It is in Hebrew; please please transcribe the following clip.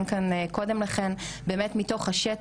על הנושא של הרישות של המצלמות.